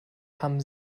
haben